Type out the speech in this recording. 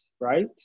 right